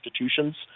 institutions